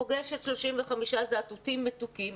פוגשת 35 זאטוטים מתוקים,